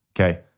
okay